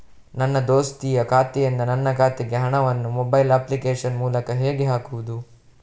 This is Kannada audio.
ನನ್ನ ದೋಸ್ತಿಯ ಖಾತೆಯಿಂದ ನನ್ನ ಖಾತೆಗೆ ಹಣವನ್ನು ಮೊಬೈಲ್ ಅಪ್ಲಿಕೇಶನ್ ಮೂಲಕ ಹೇಗೆ ಹಾಕುವುದು?